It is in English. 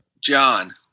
john